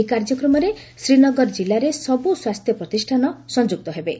ଏହି କାର୍ଯ୍ୟକ୍ରମରେ ଶ୍ରୀନଗର ଜିଲ୍ଲାରେ ସବୁ ସ୍ୱାସ୍ଥ୍ୟ ପ୍ରତିଷ୍ଠାନ ସଂଯୁକ୍ତ ହେବେ